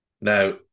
Now